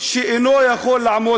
ולהגיד: